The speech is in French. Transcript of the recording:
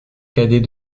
cadet